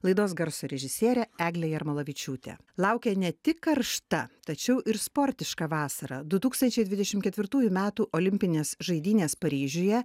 laidos garso režisierė eglė jarmolavičiūtė laukia ne tik karšta tačiau ir sportiška vasara du tūkstančiai dvidešim ketvirtųjų metų olimpinės žaidynės paryžiuje